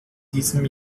diesem